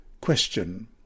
Question